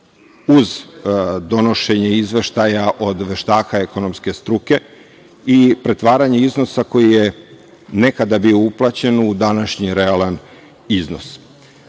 uz donošenje izveštaja od veštaka ekonomske struke i pretvaranje iznosa koji je nekada bio uplaćen u današnji realan iznos.